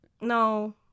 no